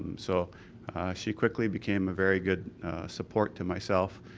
so she quickly became a very good support to myself,